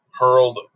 hurled